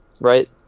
right